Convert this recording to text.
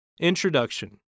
Introduction